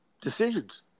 decisions